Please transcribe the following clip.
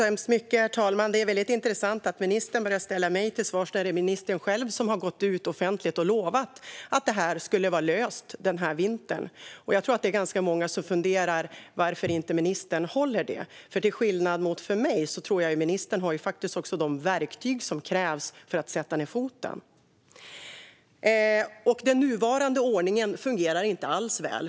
Herr talman! Det är väldigt intressant att ministern börjar ställa mig till svars när det är ministern själv som har gått ut offentligt och lovat att det här skulle vara löst inför den här vintern. Jag tror att det är ganska många som funderar över varför ministern inte håller det, för till skillnad från mig tror jag att ministern har de verktyg som krävs för att sätta ned foten. Den nuvarande ordningen fungerar inte alls väl.